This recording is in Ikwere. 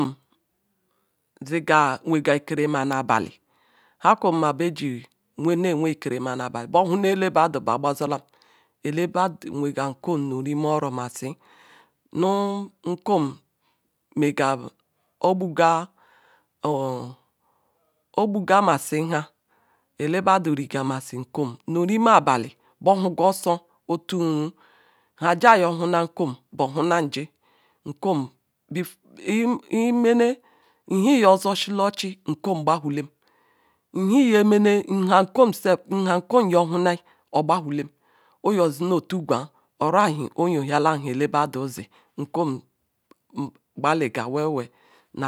ziga nwega ikere ma nu abeh nha kwerume beji be ikerema nu obelu bor hura ekbedu barbazolam elebeda wiga nkom nu rumiro mazi na kom buga masi nha elebedu rigamen nkom rimz abeli borhuga osor ofuruhu ha fiya yorhu na kom borhunamfi lvom hie yorzor zela ofik nkorm gbahuleim nyemeha nkom hwayi ogbahalem nyimeha nkom hwrayi ogbahalzm oyinezinitgwa oraehe oyiohulam ekbeduzi nkom gbah weu weu